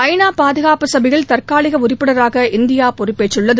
ஐ நா பாதுகாப்பு சபையில் தற்காலிக உறுப்பினராக இந்தியா பொறுப்பேற்றுள்ளது